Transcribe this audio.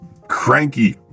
Cranky